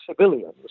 civilians